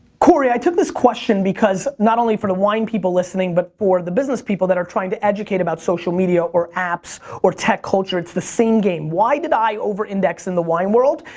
i took this question because not only for the wine people listening, but for the business people that are trying to educate about social media or apps or tech culture, it's the same game. why did i over-index in the wine world?